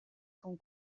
con